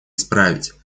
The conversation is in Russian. исправить